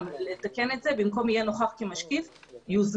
לתקן את זה ובמקום יהיה נוכח כמשקיף יכתבו